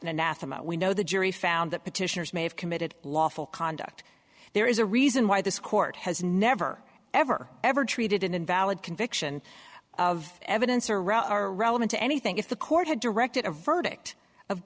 anathema we know the jury found that petitioners may have committed lawful conduct there is a reason why this court has never ever ever treated an invalid conviction of evidence or route are relevant to anything if the court had directed a verdict of